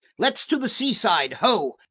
let's to the sea-side, ho!